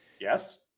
Yes